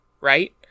right